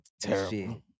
Terrible